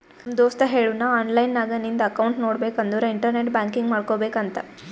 ನಮ್ ದೋಸ್ತ ಹೇಳುನ್ ಆನ್ಲೈನ್ ನಾಗ್ ನಿಂದ್ ಅಕೌಂಟ್ ನೋಡ್ಬೇಕ ಅಂದುರ್ ಇಂಟರ್ನೆಟ್ ಬ್ಯಾಂಕಿಂಗ್ ಮಾಡ್ಕೋಬೇಕ ಅಂತ್